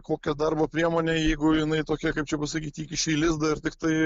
kokia darbo priemonė jeigu jinai tokia kaip čia pasakyt įkiši lizdą ir tiktai